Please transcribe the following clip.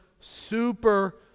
super